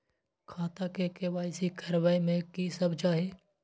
खाता के के.वाई.सी करबै में की सब चाही?